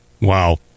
Wow